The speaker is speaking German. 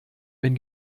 wenn